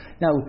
Now